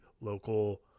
local